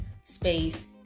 space